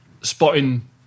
spotting